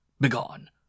Begone